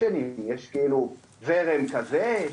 יש זרם כזה ואחר,